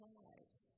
lives